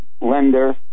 lender